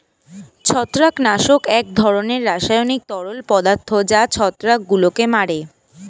ছত্রাকনাশক এক ধরনের রাসায়নিক তরল পদার্থ যা ছত্রাকগুলোকে মারে